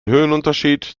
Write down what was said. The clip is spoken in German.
höhenunterschied